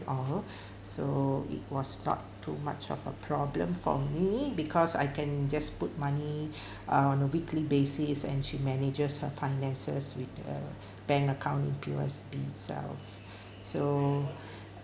all so it was not too much of a problem for me because I can just put money on a weekly basis and she manages her finances with a bank account with P_O_S_B itself so